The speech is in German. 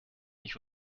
nicht